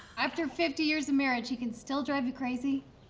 after fifty years of marriage, he can still drive you crazy.